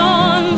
on